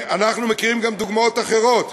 אנחנו מכירים גם דוגמאות אחרות: